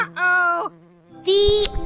um uh-oh the